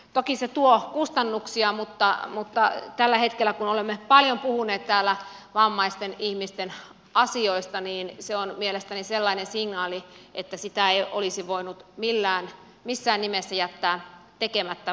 toki se tuo kustannuksia mutta tällä hetkellä kun olemme paljon puhuneet täällä vammaisten ihmisten asioista se on mielestäni sellainen signaali että sitä ei olisi voinut millään missään nimessä jättää tekemättä